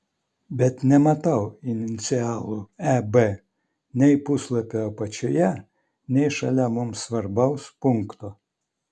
bet nematau inicialų eb nei puslapio apačioje nei šalia mums svarbaus punkto